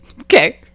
Okay